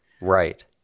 Right